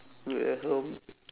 build a home